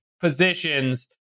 positions